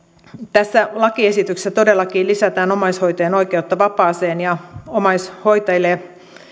tässä lakiesityksessä todellakin lisätään omaishoitajien oikeutta vapaaseen ja omaishoitajille